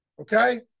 okay